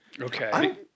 Okay